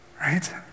right